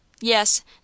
Yes